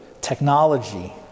technology